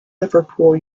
liverpool